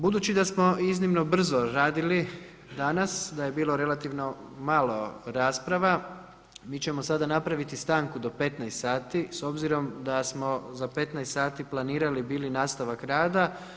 Budući da smo iznimno brzo radili danas, da je bilo relativno malo rasprava mi ćemo sada napraviti stanku do 15 sati s obzirom da smo za 15 sati planirali bili nastavak rada.